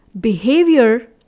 behavior